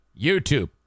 YouTube